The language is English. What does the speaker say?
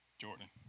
Jordan